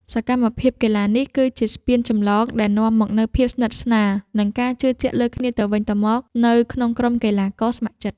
សកម្មភាពកីឡានេះ គឺជាស្ពានចម្លងដែលនាំមកនូវភាពស្និទ្ធស្នាល និងការជឿជាក់លើគ្នាទៅវិញទៅមកនៅក្នុងក្រុមកីឡាករស្ម័គ្រចិត្ត។